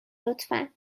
لطفا